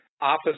office